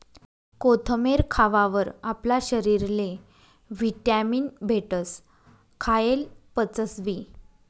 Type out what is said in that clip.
कोथमेर खावावर आपला शरीरले व्हिटॅमीन भेटस, खायेल पचसबी